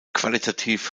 qualitativ